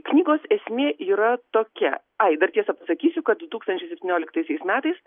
knygos esmė yra tokia ai dar tiesa pasakysiu kad du tūkstančiai septynioliktaisiais metais